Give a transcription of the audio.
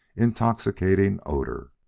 intoxicating odor.